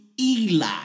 Eli